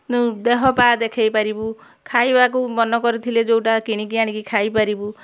ଦେହ ପା ଦେଖାଇପାରିବୁ ଖାଇବାକୁ ମନ କରିଥିଲେ ଯେଉଁଟା କିଣିକି ଆଣି ଖାଇପାରିବୁ